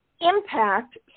impact